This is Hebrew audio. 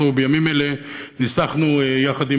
בימים אלה ניסחנו יחד,